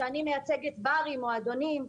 שאני מייצגת ברים ומועדונים,